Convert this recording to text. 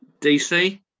DC